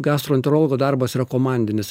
gastroenterologo darbas yra komandinis